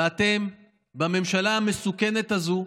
ואתם בממשלה המסוכנת הזאת,